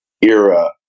era